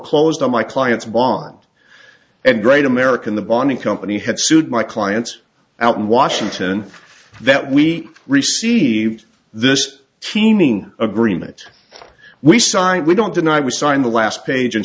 closed on my client's bond and great american the bonding company had sued my client out in washington that we received this teaming agreement we signed we don't deny we signed the last page and